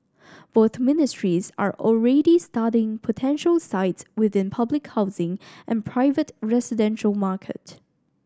both ministries are already studying potential sites within public housing and private residential market